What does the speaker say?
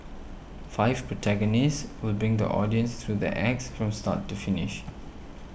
five protagonists will bring the audience through the acts from start to finish